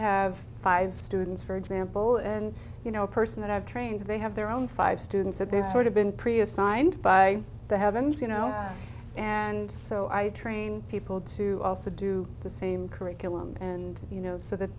have five students for example and you know a person that i've trained they have their own five students so they're sort of been preassigned by the heavens you know and so i train people to also do the same curriculum and you know so that